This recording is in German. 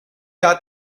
hat